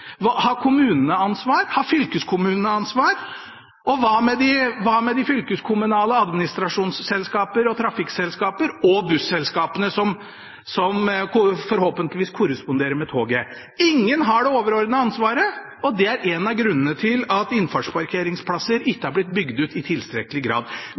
Har kommunene ansvar? Har fylkeskommunene ansvar? Og hva med de fylkeskommunale administrasjonsselskapene og trafikkselskapene og busselskapene, som forhåpentligvis korresponderer med toget? Ingen har det overordnede ansvaret, og det er en av grunnene til at innfartsparkeringsplasser ikke er blitt bygget ut i tilstrekkelig grad.